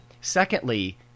Secondly